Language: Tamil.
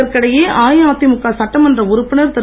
இதற்கிடையே அஇஅதிமுக சட்டமன்ற உறுப்பினர் திரு